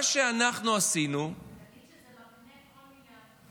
מה שאנחנו עשינו, תגיד שזה מקנה כל מיני הטבות.